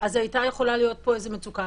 הייתה יכולה להיות פה איזה מצוקה,